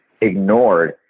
ignored